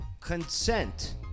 consent